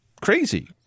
crazy